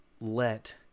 let